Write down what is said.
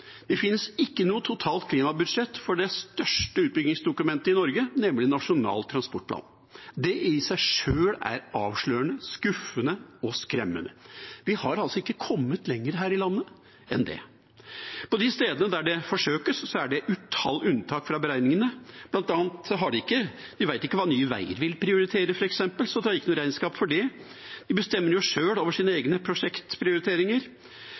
Det finnes ikke noe totalt klimabudsjett for det største utbyggingsdokumentet i Norge, nemlig Nasjonal transportplan. Det i seg sjøl er avslørende, skuffende og skremmende. Vi har altså ikke kommet lenger her i landet enn det. På de stedene der det forsøkes, er det unntak fra beregningene. Blant annet vet vi ikke hva Nye Veier vil prioritere f.eks., så det er ikke noe regnskap for det. De bestemmer jo sjøl over sine egne prosjektprioriteringer.